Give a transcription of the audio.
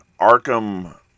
Arkham